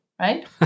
right